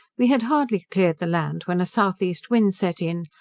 we had hardly cleared the land when a south-east wind set in,